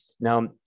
Now